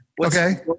Okay